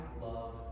love